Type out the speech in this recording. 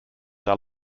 are